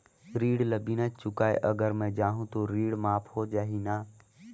ऋण ला बिना चुकाय अगर मै जाहूं तो ऋण माफ हो जाही न?